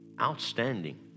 Outstanding